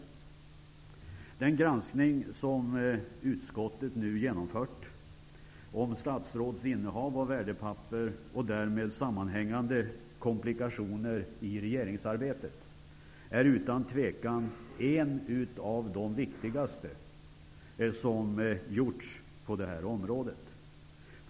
Den granskning som utskottet nu genomfört om statsråds innehav av värdepapper och därmed sammanhängande komplikationer i regeringsarbetet är utan tvivel en av de viktigaste som gjorts på det här området.